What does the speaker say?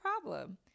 problem